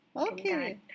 Okay